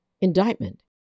indictment